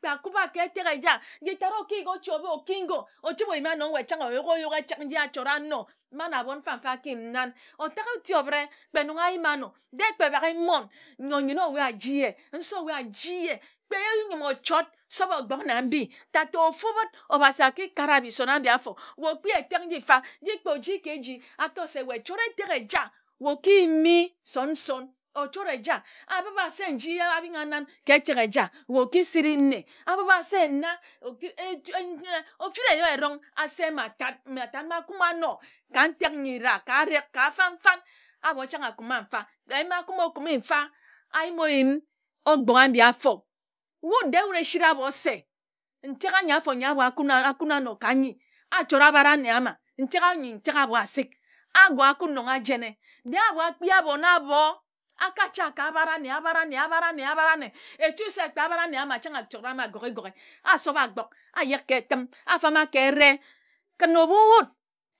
Kpe akuba ka etek eja nyitad okiyigi ochi oba okingor ochibe oyima nga wa oyuk oyuk etek nji achera anor man abon mfa-mfa akiyim nan oyak eti obire kpe nong ayima anor de kpe baka mmon nyor nyene ewa aji ye nsor owe aji ye kpe nyim ochord se obaogbak na ndi tata ofubid obasi akikara bison abi afor wae okpi etek mbi mfa nji kpe oji ke eji ator se wae chord etek eja wae okiyimi son-son ochore eja abiba se nji abing a nan etek eja wae okisiri nne abiba se nna ofireyo erong se matad matad na akuma anor ka ntek nyira ka arek ka fanfan abor chang akuma mfa kpe ayim akumo okumi mfa ayim oyim ogbor ambi afor wud de wud esira abor se ntek anyi afor nyi abor akuna anor ka nyi achora abara anne ama ntek anyi ntek abor asik abor akun na nga a jeae je abor akpi abon abor aka cha ka abara anne abara anne abara anne etu self kpe abara anne ama chang ahora na go-ge go-ge asopa agbok ajek ke etim afama ke ere kin ebu wud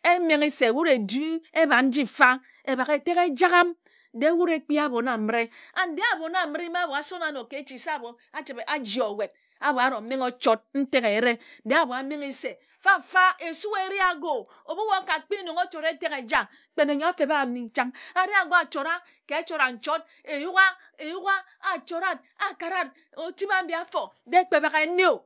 emenghe se wud edu ebard nji mfa ebak eter Ejagham de wud ekpi aben amire and de abon amire mba abor asona anor ke echi se abor achibe aji owed abor aro mengho ochord ntek eyire de abor amenghe se fa-fa esu ere agor o ebu wae okapi nong o chord etek eja kpe nne nyor afeba mmi chang areh agor achora ka echord nchord eyugha eyugha a chorad akarad otip ambi affor de kpe buk ene o